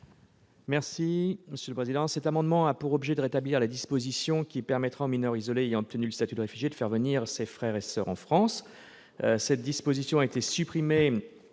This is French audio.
n° 189 rectifié. Cet amendement a pour objet de rétablir la disposition qui permettra aux mineurs isolés ayant obtenu le statut de réfugié de faire venir leurs frères et soeurs en France. Cette disposition a été supprimée